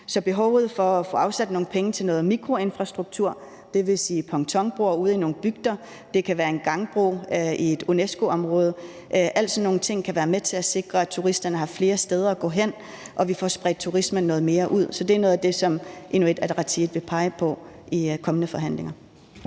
et behov for at få afsat nogle penge til noget mikroinfrastruktur, dvs. pontonbroer ude i nogle bygder, det kan være en gangbro i et UNESCO-område. Alle sådan nogle ting kan være med til at sikre, at turisterne har flere steder at gå hen, og at vi får spredt turismen noget mere ud. Så det er noget af det, som Inuit Ataqatigiit vil pege på i kommende forhandlinger.